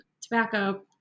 tobacco